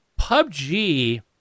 PUBG